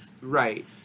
right